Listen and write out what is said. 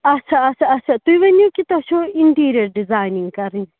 آچھا آچھا آچھا تُہۍ ؤنِو کہِ تۄہہِ چھو اِنٹیٖریَر ڈِزاینِنٛگ کَرٕنۍ